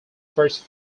first